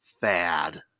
fad